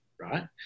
right